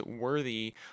worthy